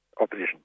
Opposition